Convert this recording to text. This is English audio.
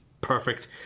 perfect